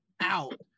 out